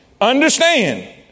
understand